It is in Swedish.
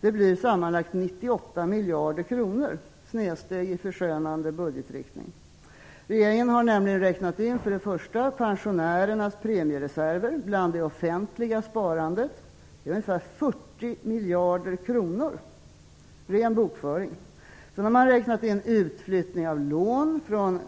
Det rör sig om 98 miljarder kronor för snedsteg i förskönande budgetriktning. För det första har regeringen räknat in pensionärernas premiereserver i det offentliga sparandet. Det är ungefär 40 miljarder kronor - ren bokföring. För det andra har man räknat in utflyttning av lån från